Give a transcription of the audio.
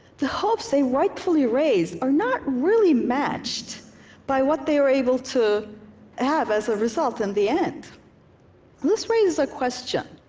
the hopes they rightfully raised are not really matched by what they were able to have as a result in the end. and this raises a question